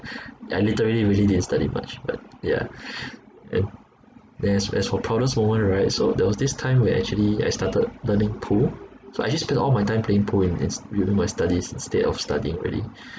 I literally really didn't study much but yeah and as as for proudest moment right so there was this time where actually I started learning pool so I just spent all my time playing pool in ins~ during my studies instead of studying really